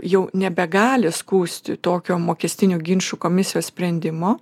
jau nebegali skųsti tokio mokestinių ginčų komisijos sprendimo